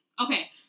Okay